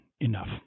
enough